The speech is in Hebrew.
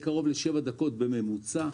לקרוב לשבע דקות בממוצע.